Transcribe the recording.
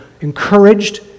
encouraged